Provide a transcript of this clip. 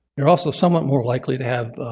you're also somewhat more likely to have